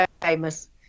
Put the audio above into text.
famous